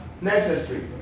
necessary